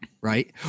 right